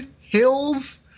Hills